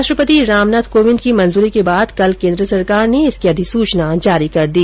राष्ट्रपति रामनाथ कोविंद की मंजूरी के बाद कल केन्द्र सरकार ने इसकी अधिसूचना जारी कर दी